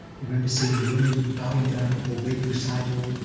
you remember seeing the women bowing down before webu sayadaw,